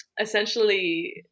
essentially